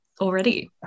already